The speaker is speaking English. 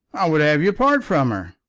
would have you part from her.